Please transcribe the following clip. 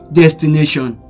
destination